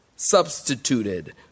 substituted